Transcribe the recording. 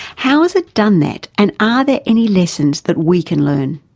how has it done that, and are there any lessons that we can learn?